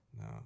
No